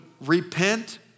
repent